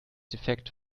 defekt